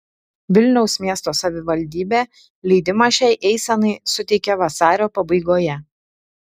vilniaus miesto savivaldybė leidimą šiai eisenai suteikė vasario pabaigoje